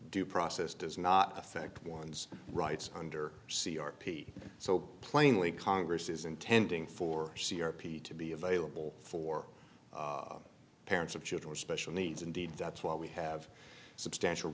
due process does not affect one's rights under c r p so plainly congress is intending for c r p to be available for parents of children special needs indeed that's why we have substantial